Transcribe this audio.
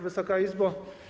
Wysoka Izbo!